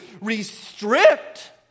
restrict